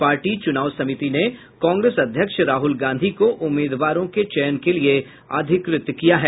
party चुनाव समिति ने कांग्रेस अध्यक्ष राहल गांधी को उम्मीदवारों के चयन के लिये अधिकृत किया है